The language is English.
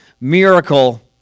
miracle